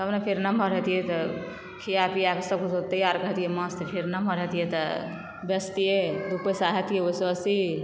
तब न फेर नमहर होतियै तऽ खुआ पीआके सबके सब तैयार हेतियै माछ तऽ फेर नमहर होतियै तऽ बेचतियै दू पैसा होयतियै ओहिसॅं असूली